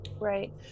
right